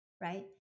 right